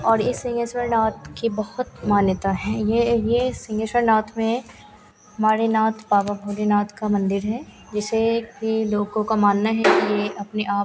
और इस सिंहेश्वरनाथ की बहुत मान्यता है यह यह सिंहेश्वरनाथ में हमारे नाथ बाबा भोलेनाथ का मन्दिर है जिसे कि लोगों का मानना है कि यह अपने आप